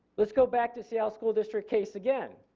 let's go back to seattle school district case again.